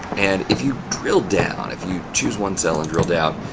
and if you drill down if you choose one cell and drill down,